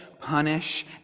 punish